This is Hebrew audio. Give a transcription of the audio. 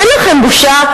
אין לכם בושה,